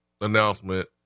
announcement